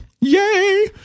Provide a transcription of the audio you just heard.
yay